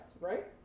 right